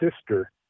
sister